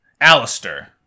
Alistair